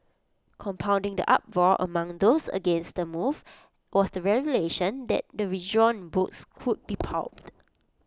compounding the uproar among those against the move was the revelation that the withdrawn books would be pulped